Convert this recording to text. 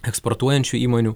eksportuojančių įmonių